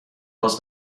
was